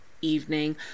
evening